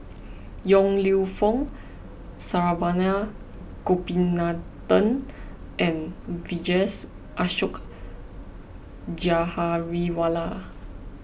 Yong Lew Foong Saravanan Gopinathan and Vijesh Ashok Ghariwala